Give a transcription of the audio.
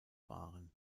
waren